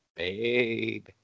Babe